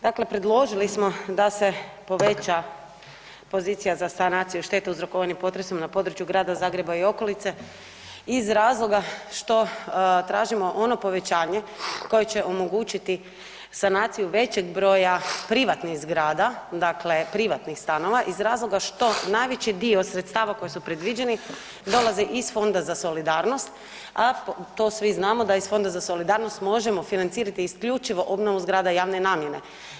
Dakle predložili smo da se poveća pozicija za sanaciju štete uzrokovanih potresom na području grada Zagreba i okolice iz razloga što tražimo ono povećanje koje će omogućiti sanaciju većeg broja privatnih zgrada, dakle privatnih stanova iz razloga što najveći dio sredstava koji su predviđeni dolaze iz Fonda za solidarnost, a to svi znamo da iz Fonda za solidarnost možemo financirati isključivo obnovu zgrada javne namjene.